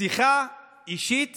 שיחה אישית